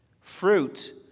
Fruit